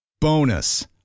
Bonus